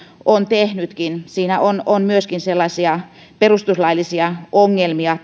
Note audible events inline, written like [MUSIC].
on tehnytkin tässä rajauksessa on myöskin perustuslaillisia ongelmia [UNINTELLIGIBLE]